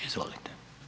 Izvolite.